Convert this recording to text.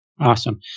Awesome